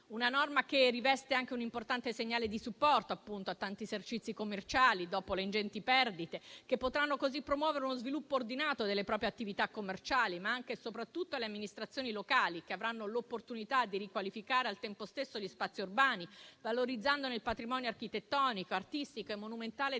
una norma che rappresenta anche un importante segnale di supporto, a tanti esercizi commerciali dopo le ingenti perdite, che potranno così promuovere uno sviluppo ordinato delle proprie attività commerciali, ma anche e soprattutto alle amministrazioni locali, che avranno l'opportunità di riqualificare al tempo stesso gli spazi urbani, valorizzandone il patrimonio architettonico, artistico e monumentale